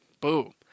Boom